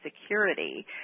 security